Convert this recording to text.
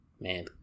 Man